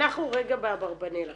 אנחנו רגע באברבאנל עכשיו.